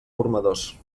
formadors